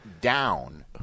down